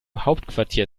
hauptquartier